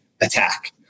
attack